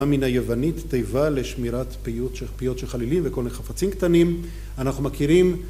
מן היוונית תיבה לשמירת פיות של חלילים וכל מיני חפצים קטנים אנחנו מכירים